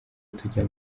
tujya